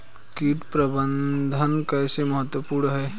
कीट प्रबंधन कैसे महत्वपूर्ण है?